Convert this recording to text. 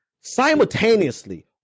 Simultaneously